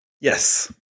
Yes